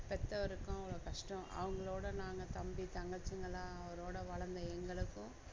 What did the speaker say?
பெற்றவருக்கும் அவ்வளோ கஷ்டம் அவங்களோட நாங்கள் தம்பி தங்கச்சிங்கள்லாம் அவரோட வளர்ந்த எங்களுக்கும்